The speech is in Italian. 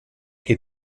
che